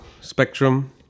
spectrum